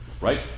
right